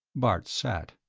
bart sat.